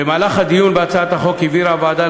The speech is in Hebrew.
במהלך הדיון בהצעת החוק הבהירה הוועדה,